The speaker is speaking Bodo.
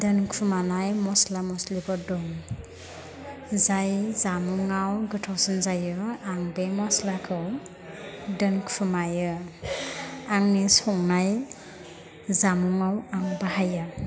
दोनखुमानाय मस्ला मस्लिफोर दं जाय जामुङाव गोथावसिन जायो आं बे मस्लाखौ दोनखुमायो आंनि संनाय जामुङाव आं बाहायो